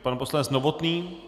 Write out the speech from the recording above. Pan poslanec Novotný.